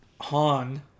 Han